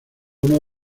uno